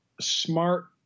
smart